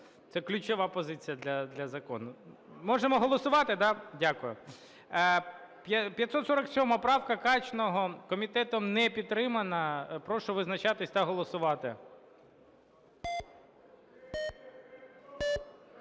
Це ключова позиція для закону. Можемо голосувати, да? Дякую. 547 правка Качного. Комітетом не підтримана. Прошу визначатись та голосувати.